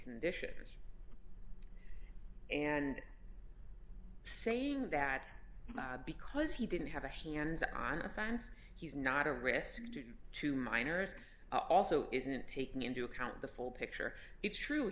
conditions and saying that because he didn't have a hands on offense he's not a risk to minors also isn't taking into account the full picture it's true